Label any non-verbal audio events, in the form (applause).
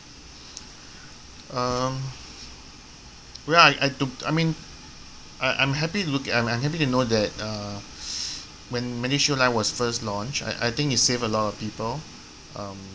um well I I to I mean I I'm happy to look I'm happy to know that uh (noise) when medishield life was first launched I I think it saved a lot of people um